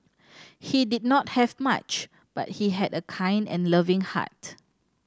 he did not have much but he had a kind and loving heart